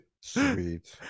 Sweet